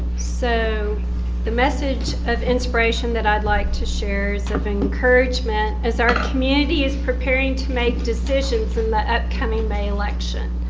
so the message of inspiration that i'd like to share is of encouragement as our community is preparing to make decisions in the upcoming may election.